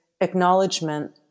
acknowledgement